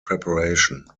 preparation